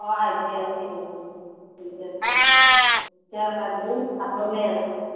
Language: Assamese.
অঁ আহিবি আজি আহিবি ঠিক আছে ভাত বনাই আছে